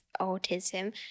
autism